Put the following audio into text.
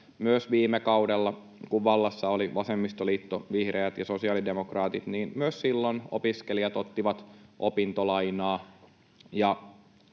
myös viime kaudella, kun vallassa oli vasemmistoliitto, vihreät ja sosiaalidemokraatit, opiskelijat ottivat opintolainaa,